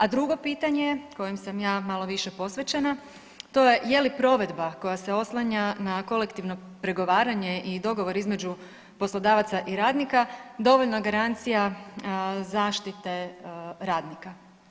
A drugo pitanje kojem sam ja malo više posvećena to je je li provedba koja se oslanja na kolektivno pregovaranje i dogovor između poslodavaca i radnika dovoljna garancija zaštite radnika.